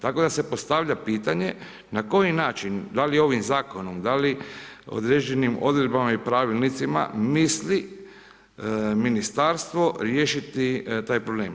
Tako da se postavlja pitanje, na koji način, da li ovim zakonom, da li određenim odredbama i pravilnicima, misli ministarstvo riješiti taj problem.